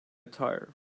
attire